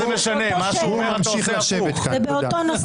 זה באותו נושא.